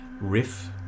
riff